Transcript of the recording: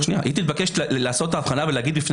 תתבקש לעשות את ההבחנה ולהגיד בפני